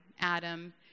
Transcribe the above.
Adam